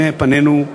פנינו,